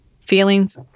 feelings